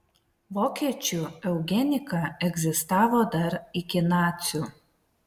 vokiečių eugenika egzistavo dar iki nacių